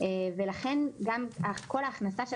גם בצירים הרשמיים בסוף הכל יקרה.